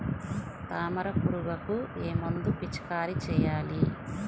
తామర పురుగుకు ఏ మందు పిచికారీ చేయాలి?